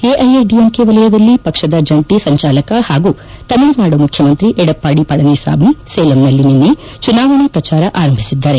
ಎಐಎಡಿಎಂಕೆ ವಲಯದಲ್ಲಿ ಪಕ್ಷದ ಜಿಂಟಿ ಸಂಚಾಲಕ ಹಾಗೂ ತಮಿಳುನಾಡು ಮುಖ್ಯಮಂತ್ರಿ ಎಡಪ್ಸಾದಿ ಪಳನಿಸಾಮಿ ಸೇಲಂನಲ್ಲಿ ನಿನ್ನೆ ಚುನಾವಣಾ ಪ್ರಚಾರ ಆರಂಭಿಸಿದ್ದಾರೆ